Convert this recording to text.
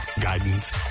guidance